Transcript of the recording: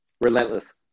Relentless